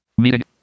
Meeting